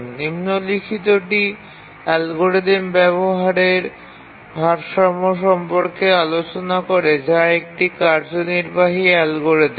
নিম্নলিখিতটি algorithm ব্যবহারের ভারসাম্য সম্পর্কে আলোচনা করে যা একটি কার্যনির্বাহী অ্যালগরিদম